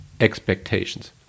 expectations